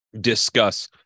discuss